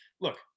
look